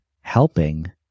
helping